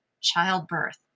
childbirth